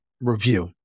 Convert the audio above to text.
review